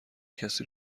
کسی